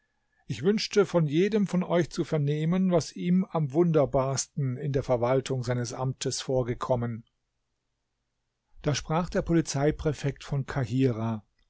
ich wünschte von jedem von euch zu vernehmen was ihm am wunderbarsten in der verwaltung seines amtes vorgekommen da sprach der polizeipräfekt von